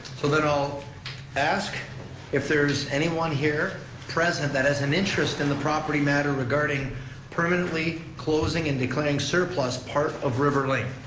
so then i'll ask if there's anyone here present that has an interest in the property matter regarding permanently closing and declaring surplus part of river lane.